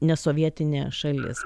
nesovietinė šalis